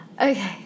okay